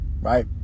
right